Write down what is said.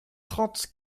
trente